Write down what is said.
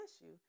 issue